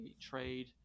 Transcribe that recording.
trade